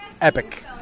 epic